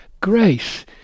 grace